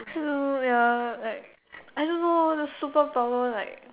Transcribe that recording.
no ya like I don't know the superpower like